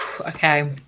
Okay